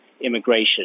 immigration